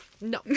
no